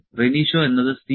Renishaw എന്നത് C